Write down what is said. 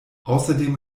außerdem